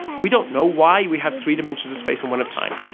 we don't know why we have three dimensions of space and one of time.